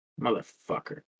Motherfucker